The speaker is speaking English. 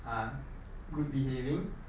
uh good behaving